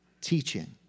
teaching